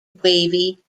wavy